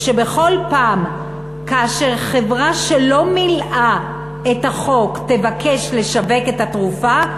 שבכל פעם כאשר חברה שלא מילאה את החוק תבקש לשווק את התרופה,